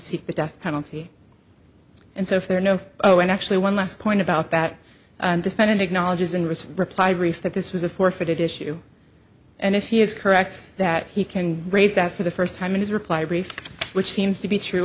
seek the death penalty and so if there are no oh and actually one last point about that defendant acknowledges in recent reply brief that this was a forfeited issue and if he is correct that he can raise that for the first time in his reply brief which seems to be true